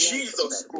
Jesus